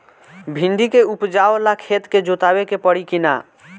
भिंदी के उपजाव ला खेत के जोतावे के परी कि ना?